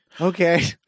okay